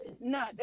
no